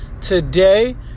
today